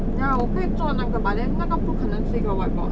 ya 我可以做那个 but then 那个不可能是一个 whiteboard